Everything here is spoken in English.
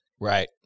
Right